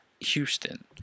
Houston